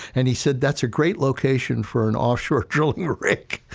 and he said, that's a great location for an offshore drilling rig.